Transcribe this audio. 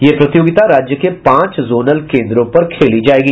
यह प्रतियोगिता राज्य के पांच जोनल केंद्रों पर खेली जायेगी